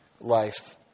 life